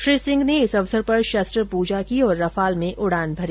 श्री सिंह ने इस अवसर पर शस्त्र पूजा की और रफाल में उड़ान भरी